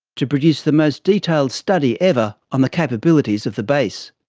to produce the most detailed study ever on the capabilities of the base.